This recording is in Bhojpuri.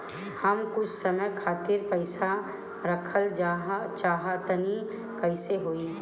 हम कुछ समय खातिर पईसा रखल चाह तानि कइसे होई?